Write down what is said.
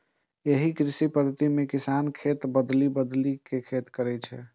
एहि कृषि पद्धति मे किसान खेत बदलि बदलि के खेती करै छै